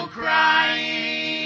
crying